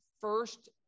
first